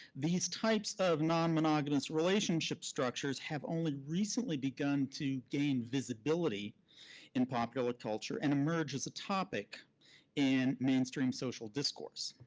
these types of non-monogamous relationship structures have only recently begun to gain visibility in popular culture and emerge as a topic in mainstream social discourse.